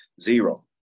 zero